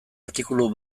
artikulu